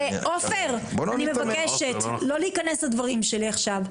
עופר, אני מבקשת לא להיכנס לדבריי עכשיו.